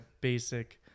basic